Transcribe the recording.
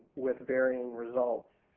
with varying results.